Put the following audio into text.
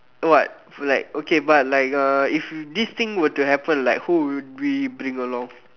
what like okay but like uh if this thing were to happen like who would we bring along